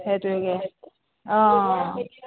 সেইটোকে অ